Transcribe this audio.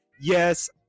Yes